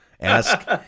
Ask